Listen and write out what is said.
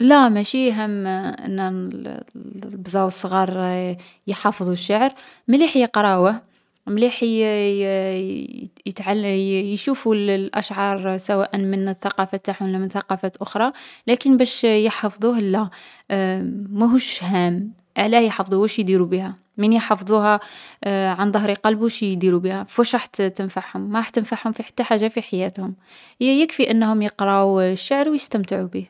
لا، ماشي هام أنا الـ البزاوز الصغار يـ يحفظو الشعر. مليح يقراوه، مليح يـ يـ يتعلـ يـ يشوفو الـ الأشعار سواء من الثقافة نتاعهم و لا من ثقافات أخرى. لكن باش يحفظوه، لا. ماهوش هام. علاه يحفظوه؟ واش يديرو بيها؟ من يحفظوها، عن ظهر قلب وش يديرو بيها؟ فواش رح تنفعهم. ماح تنفعهم في حتى حاجة في حياتهم. يـ يكفي أنهم يقراو الشعر و يستمتعو بيه.